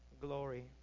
glory